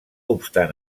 obstant